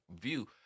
view